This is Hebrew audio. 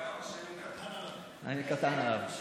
קטן עליו.